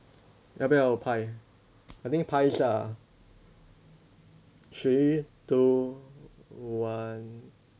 要不要拍 I think 拍一下啊 three two one